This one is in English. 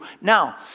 Now